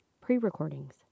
pre-recordings